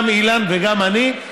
גם אילן וגם אני,